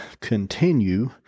continue